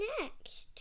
next